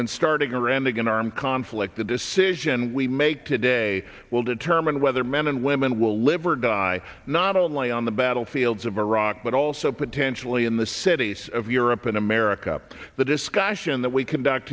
than starting or ending an armed conflict the decision we make today will determine whether men and women will live or die not only on the battlefields of iraq but also potentially in the cities of europe and america the discussion that we conduct